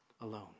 alone